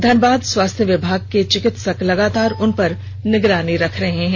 धनबाद स्वास्थ्य विभाग के चिकित्सक लगातार उनपर निगरानी भी रख रहे है